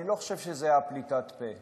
אני לא חושב שזו הייתה פליטת פה.